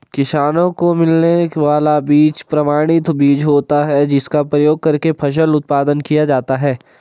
किसानों को मिलने वाला बीज प्रमाणित बीज होता है जिसका प्रयोग करके फसल उत्पादन किया जाता है